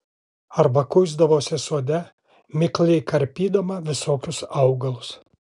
arba kuisdavosi sode mikliai karpydama visokius augalus